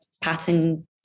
pattern